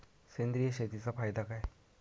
सेंद्रिय शेतीचा फायदा काय?